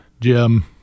Jim